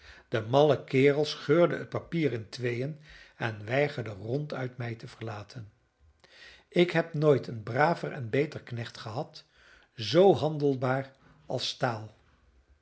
de malle kerel scheurde het papier in tweeën en weigerde ronduit mij te verlaten ik heb nooit een braver en beter knecht gehad zoo handelbaar als staal